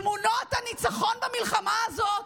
תמונות הניצחון במלחמה הזאת,